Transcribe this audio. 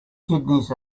kidneys